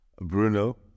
Bruno